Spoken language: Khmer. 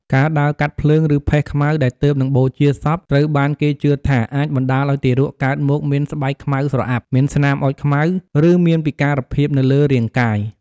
ការដើរកាត់ភ្លើង ឬផេះខ្មៅដែលទើបនឹងបូជាសព ត្រូវបានគេជឿថាអាចបណ្តាលឲ្យទារកកើតមកមានស្បែកខ្មៅស្រអាប់ មានស្នាមអុជខ្មៅ ឬមានពិការភាពនៅលើរាងកាយ។